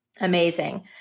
amazing